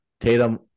Tatum